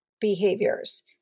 behaviors